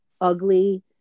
ugly